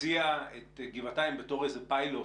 שהציע את גבעתיים בתור איזה פיילוט,